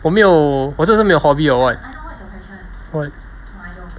我没有我真的是没有 hobby or what [what]